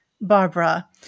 barbara